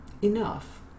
enough